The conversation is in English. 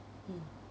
mm